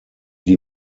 die